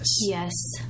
Yes